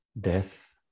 death